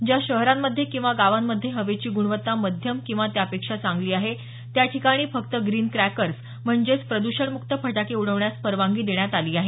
ज्या शहरांमध्ये किंवा गावांमध्ये हवेची गुणवत्ता मध्यम किंवा त्यापेक्षा चांगली आहे त्याठिकाणी फक्त ग्रीन क्रॅकर्स म्हणजेच प्रद्षणमुक्त फटाके उडवण्यास परवानगी देण्यात आली आहे